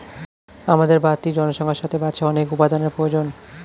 আমাদের বাড়তি জনসংখ্যার সাথে বাড়ছে অনেক উপাদানের প্রয়োজন